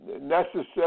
necessary